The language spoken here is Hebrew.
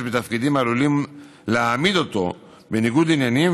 בתפקידים העלולים להעמיד אותו בניגוד עניינים,